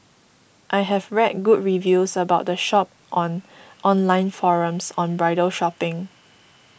I have read good reviews about the shop on online forums on bridal shopping